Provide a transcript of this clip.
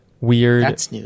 weird